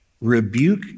Rebuke